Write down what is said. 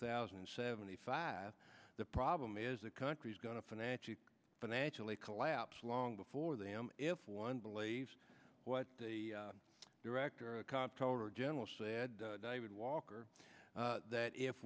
thousand and seventy five the problem is the country's going to financially financially collapse long before them if one believes what the director general said david walker that if